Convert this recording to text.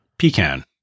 Pecan